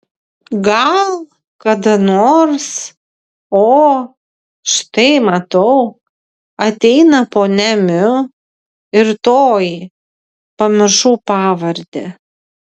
gal kada nors o štai matau ateina ponia miu ir toji pamiršau pavardę